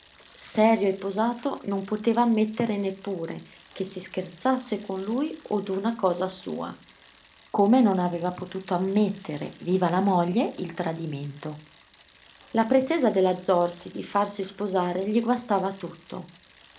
serio e posato non poteva ammettere neppure che si scherzasse con lui o d'una cosa sua come non aveva potuto ammettere viva la moglie il tradimento la pretesa della zorzi di farsi sposare gli guastava tutto